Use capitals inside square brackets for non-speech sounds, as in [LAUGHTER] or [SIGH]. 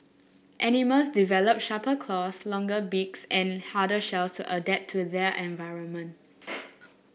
animals develop sharper claws longer beaks and harder shells to adapt to their environment [NOISE]